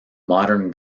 modern